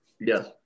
yes